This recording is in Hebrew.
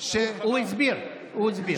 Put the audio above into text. הוא הסביר, הוא הסביר.